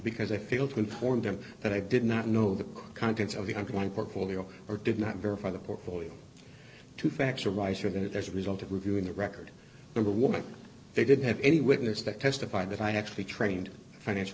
because i failed to inform them that i did not know the contents of the ongoing portfolio or did not verify the portfolio to fax or visor that as a result of reviewing the record number one they didn't have any witness that testified that i actually trained financial